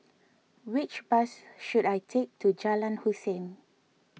which bus should I take to Jalan Hussein